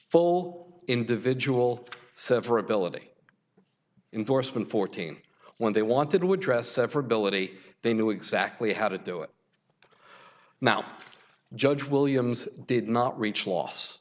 full individual severability indorsement fourteen when they wanted to address for ability they knew exactly how to do it now judge williams did not reach loss